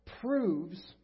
proves